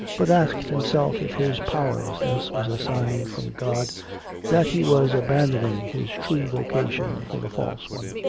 but asked himself if his powerlessness was a sign from god that he was abandoning his true vocation for a false one?